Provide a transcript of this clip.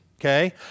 okay